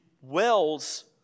wells